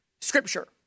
Scripture